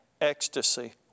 ecstasy